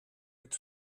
het